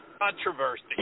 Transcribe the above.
controversy